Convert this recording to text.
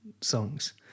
songs